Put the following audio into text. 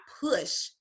push